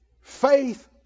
Faith